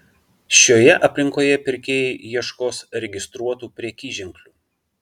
šioje aplinkoje pirkėjai ieškos registruotų prekyženklių